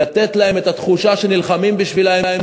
לתת להן את התחושה שנלחמים בשבילן,